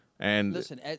Listen